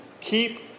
Keep